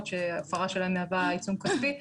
הוא לא ברמת היבוא במסלול האירופאי.